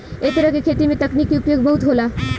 ऐ तरह के खेती में तकनीक के उपयोग बहुत होला